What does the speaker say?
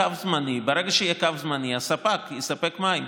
ברגע שיהיה קו זמני, הספק יספק מים.